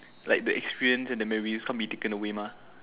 like the experience and the memories can't be taken away mah